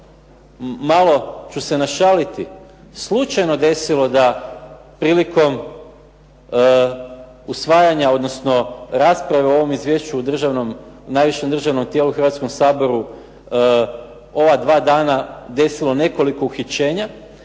malo ću se našaliti, slučajno desilo da se prilikom usvajanja, odnosno rasprave o ovom izvješću o najvišem državnom tijelu u Hrvatskom saboru, ova dva dana desilo nekoliko uhićenja